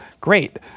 great